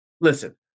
Listen